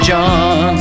John